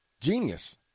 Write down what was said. Genius